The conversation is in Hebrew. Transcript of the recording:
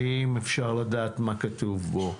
האם אפשר לדעת מה כתוב בו?